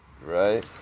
Right